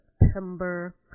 September